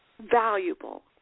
valuable